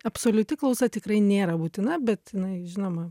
absoliuti klausa tikrai nėra būtina bet jinai žinoma